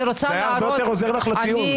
זה היה הרבה יותר עוזר לך לטיעון.